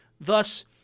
Thus